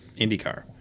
IndyCar